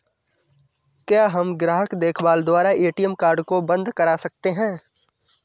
क्या हम ग्राहक देखभाल द्वारा ए.टी.एम कार्ड को बंद करा सकते हैं?